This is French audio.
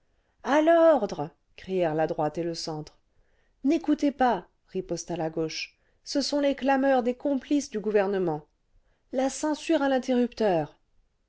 a l'ordre crièrent la droite et le centre n'écoutez pas riposta la'gauche ce sont les clameurs des complices du gouvernement la censure à l'interrupteur